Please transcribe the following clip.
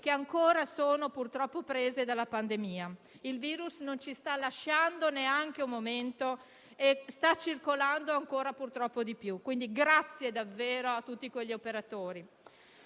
che, purtroppo, sono colpite dalla pandemia. Il virus non ci sta lasciando neanche un momento e sta circolando ancora di più. Quindi, grazie davvero a tutti gli operatori.